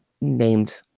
named